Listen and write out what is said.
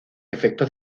efecto